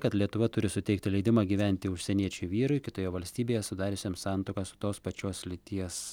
kad lietuva turi suteikti leidimą gyventi užsieniečiui vyrui kitoje valstybėje sudariusiam santuoką su tos pačios lyties